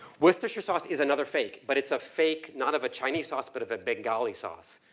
worcestershire sauce is another fake, but it's a fake not of a chinese sauce, but of a bengali sauce.